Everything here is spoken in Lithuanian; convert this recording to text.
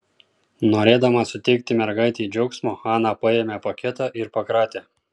norėdama suteikti mergaitei džiaugsmo ana paėmė paketą ir pakratė